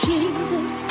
Jesus